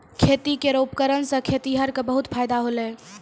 खेती केरो उपकरण सें खेतिहर क बहुत फायदा होलय